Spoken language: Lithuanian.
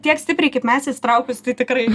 tiek stipriai kaip mes įsitraukusių tai tikrai